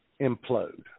implode